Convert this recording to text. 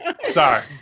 Sorry